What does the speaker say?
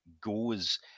goes